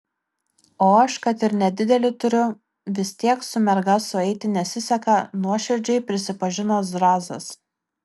o aš kad ir nedidelį turiu vis tiek su merga sueiti nesiseka nuoširdžiai prisipažino zrazas